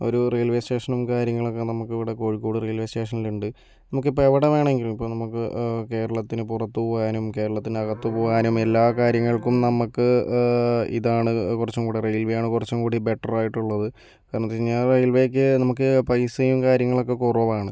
ഒരു റെയിൽവേ സ്റ്റേഷനും കാര്യങ്ങളൊക്കെ നമുക്ക് ഇവിടെ കോഴിക്കോട് റെയിൽവേ സ്റ്റേഷനിൽ ഉണ്ട് നമുക്ക് ഇപ്പോൾ എവിടെ വേണമെങ്കിലും ഇപ്പോൾ നമുക്ക് കേരളത്തിന് പുറത്ത് പോകാനും കേരളത്തിന് അകത്ത് പോകാനും എല്ലാ കാര്യങ്ങൾക്കും നമുക്ക് ഇതാണ് കുറച്ചുകൂടെ റെയിൽവേയാണ് കുറച്ചുകൂടി ബെറ്ററായിട്ടുള്ളത് കാരണമെന്ന് വെച്ച് കഴിഞ്ഞാൽ റെയിൽവേക്ക് നമുക്ക് പൈസയും കാര്യങ്ങളൊക്കെ കുറവാണ്